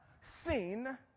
seen